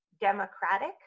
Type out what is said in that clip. democratic